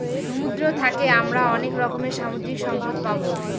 সমুদ্র থাকে আমরা অনেক রকমের সামুদ্রিক সম্পদ পাবো